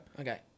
Okay